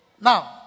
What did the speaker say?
Now